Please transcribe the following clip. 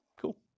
Cool